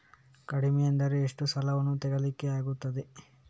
ಕಡಿಮೆ ಅಂದರೆ ಎಷ್ಟು ಸಾಲವನ್ನು ತೆಗಿಲಿಕ್ಕೆ ಆಗ್ತದೆ?